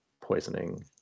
poisoning